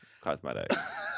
cosmetics